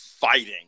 fighting